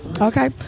Okay